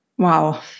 Wow